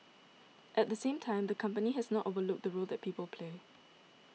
at the same time the company has not overlooked the role that people play